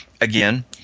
Again